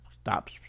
Stop